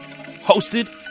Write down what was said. hosted